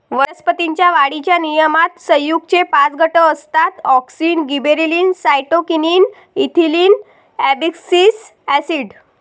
वनस्पतीं च्या वाढीच्या नियमनात संयुगेचे पाच गट असतातः auxin, gibberellin, cytokinin, ethylene, abscisic acid